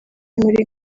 muri